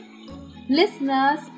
Listeners